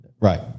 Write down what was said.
Right